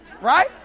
right